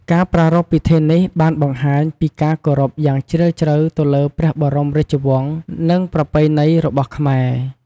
ការប្រារព្ធពីធិនេះបានបង្ហាញពីការគោរពយ៉ាងជ្រៅទៅលើព្រះបរមរាជវង្ស និងប្រពៃណីរបស់ខ្មែរ។